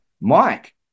Mike